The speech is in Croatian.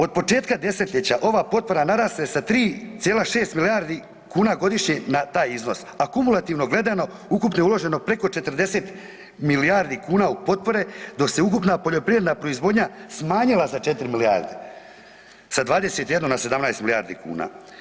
Od početka desetljeća, ova potpora narasla je sa 3,6 milijardi kuna godišnje na taj iznos, a kumulativno gledano, ukupno je uloženo preko 40 milijardi kuna u potpore, dok se ukupna poljoprivredna proizvodnja smanjila za 4 milijarde, sa 21 na 17 milijardi kuna.